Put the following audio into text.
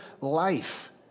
life